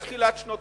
מתחילת שנות